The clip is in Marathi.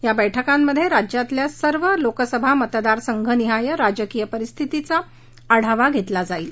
या बैठकांमध्ये राज्यातील सर्व लोकसभा मतदारसंघनिहाय राजकीय परिस्थितीचा आढावा घेतला जाईल